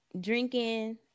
drinking